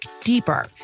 deeper